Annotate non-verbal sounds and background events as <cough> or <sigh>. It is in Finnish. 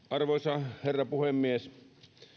<unintelligible> arvoisa herra puhemies